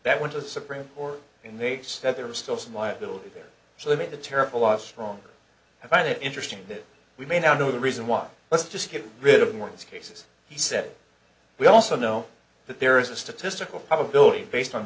that went to the supreme court when they said there was still some liability there so they made a terrible are stronger i find it interesting that we may now know the reason why let's just get rid of the words cases he said we also know that there is a statistical probability based on